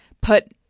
put